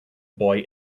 boy